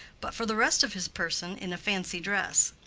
but for the rest of his person in a fancy dress.